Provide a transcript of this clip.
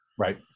Right